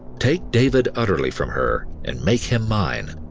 take david utterly from her and make him mine.